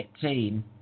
team